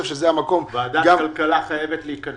ועדת הכלכלה חייבת להיכנס.